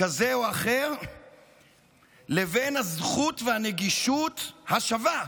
כזה או אחר לבין הזכות והנגישות השווה,